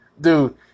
dude